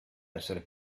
essere